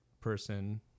person